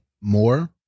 more